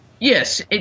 Yes